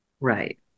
Right